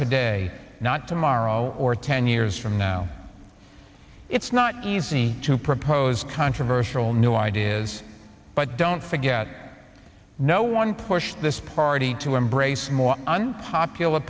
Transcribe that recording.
today not tomorrow or ten years from now it's not easy to propose controversial new ideas but don't forget no one pushed this party to embrace more unpopular